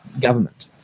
government